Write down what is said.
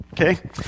okay